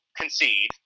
concede